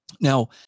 Now